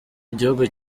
igihugu